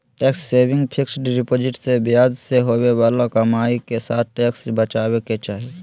tax saving fixed deposit से ब्याज से होवे बाला कमाई के साथ टैक्स बचाबे के चाही